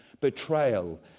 betrayal